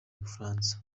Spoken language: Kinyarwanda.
bufaransa